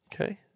Okay